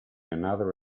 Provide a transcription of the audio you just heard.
another